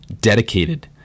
dedicated